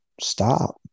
stop